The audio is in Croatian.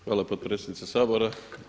Hvala potpredsjednice Sabora.